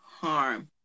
harm